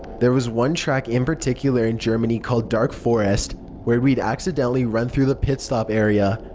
there was one track in particular in germany called dark forest where we'd accidentally run through the pit stop area,